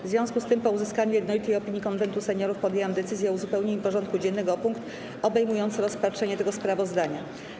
W związku z tym, po uzyskaniu jednolitej opinii Konwentu Seniorów, podjęłam decyzję o uzupełnieniu porządku dziennego o punkt obejmujący rozpatrzenie tego sprawozdania.